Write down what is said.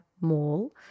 mall